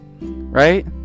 Right